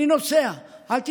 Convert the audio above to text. אני נוסע, אל תדאגו,